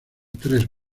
tres